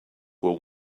were